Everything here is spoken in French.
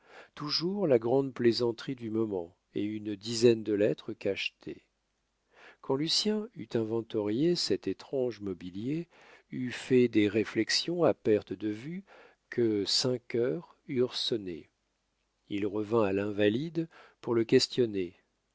toujours la grande plaisanterie du moment et une dizaine de lettres cachetées quand lucien eut inventorié cet étrange mobilier eut fait des réflexions à perte de vue que cinq heures eurent sonné il revint à l'invalide pour le questionner